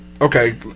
okay